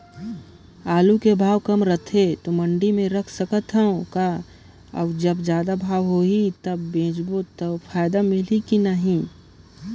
आलू के भाव कम रथे तो मंडी मे रख सकथव कौन अउ जब जादा भाव होही तब बेचबो तो फायदा मिलही की बनही?